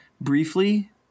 briefly